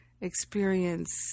experience